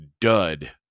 dud